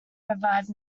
revived